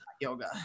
yoga